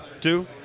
Two